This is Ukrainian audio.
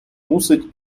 мусить